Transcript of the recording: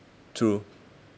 true